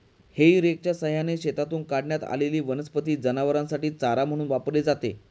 हेई रेकच्या सहाय्याने शेतातून काढण्यात आलेली वनस्पती जनावरांसाठी चारा म्हणून वापरली जाते